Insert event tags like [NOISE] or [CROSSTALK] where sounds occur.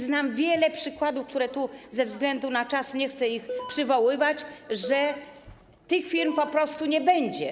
Znam wiele przykładów, których tu ze względu na czas nie chcę [NOISE] przywoływać, na to, że tych firm po prostu nie będzie.